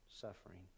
Suffering